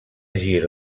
gir